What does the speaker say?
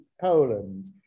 Poland